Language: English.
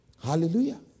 Hallelujah